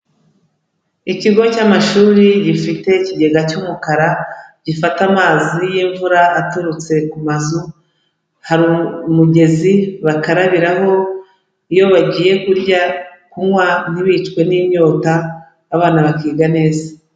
Ikigo cy'amashuri gifite ikigega cy'umukara gifata amazi y'imvura aturutse ku mazu, hari umugezi bakarabiramo iyo bagiye kurya, kunywa ntibicwe n'inyota abana bakiga neza.